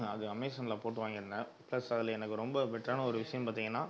அது அமேசானில் போட்டு வாங்கியிருந்தேன் ப்ளஸ் அதில் எனக்கு ரொம்ப பெட்டரான ஒரு விஷயம் பார்த்திங்கன்னா